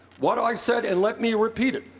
what i said, and let me repeat it,